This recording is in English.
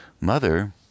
mother